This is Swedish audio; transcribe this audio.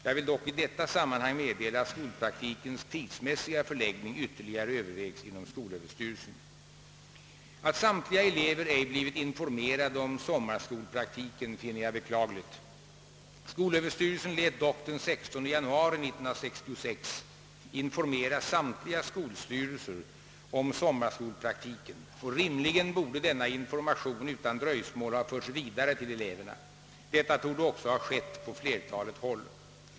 Jag vill dock i detta sammanhang meddela att skolpraktikens tidsmässiga förläggning ytterligare övervägs inom skolöverstyrelsen. Att samtliga elever ej blivit informerade om sommarskolpraktiken finner jag beklagligt. Skolöverstyrelsen lät dock den 16 januari 1966 informera samtliga skolstyrelser om sommarskolpraktiken, och rimligen borde denna information utan dröjsmål ha förts vidare till eleverna. Detta torde också ha skett på flertalet håll.